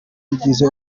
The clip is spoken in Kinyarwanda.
rugize